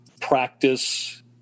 practice